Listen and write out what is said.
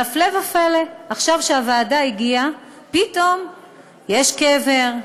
והפלא ופלא, עכשיו, כשהוועדה הגיעה, פתאום יש קבר.